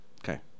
Okay